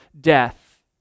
death